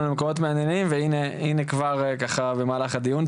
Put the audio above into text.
למקומות מעניינים והנה כבר ככה במהלך הדיון.